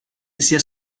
sia